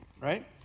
Right